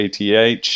ath